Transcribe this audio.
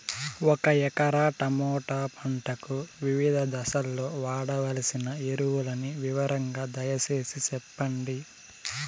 ఒక acre tomato పంటకు వివిధ దశల్లో వాడవలసిన ఎరువులని వివరంగా దయ సేసి చెప్పండి?